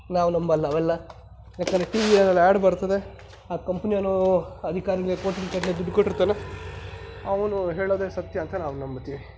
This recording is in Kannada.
ನಾವು ನಂಬಲ್ಲ ಅವೆಲ್ಲ ಏಕೆಂದರೆ ಟಿವಿನಲ್ಲಿ ಆ್ಯಡ್ ಬರ್ತದೆ ಆ ಕಂಪ್ನಿಯೋನು ಅಧಿಕಾರಿಗಳಿಗೆ ಕೋಟಿಗಟ್ಟಲೆ ದುಡ್ಡು ಕೊಟ್ಟಿರ್ತಾನೆ ಅವನು ಹೇಳೋದೇ ಸತ್ಯ ಅಂತ ನಾವು ನಂಬ್ತೀವಿ